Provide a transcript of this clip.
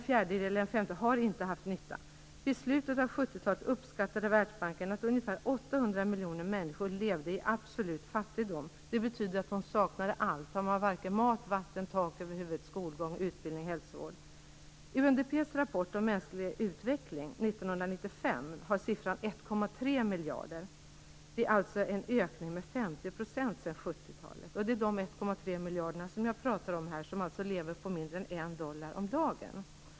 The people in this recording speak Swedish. Vid slutet av 70 talet uppskattade Världsbanken att ungefär 800 miljoner människor levde i 'absolut fattigdom'." Det betyder att de saknade allt: mat, vatten, tak över huvudet, skolgång, utbildning, hälsovård - Sedan säger man: "UNDP:s rapport om mänsklig utveckling 1995 har siffran 1,3 miljarder, vilket innebär en ökning på mer än 50 %." Det är de 1,3 miljarderna jag pratar om här, de som alltså lever på mindre en dollar om dagen.